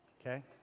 okay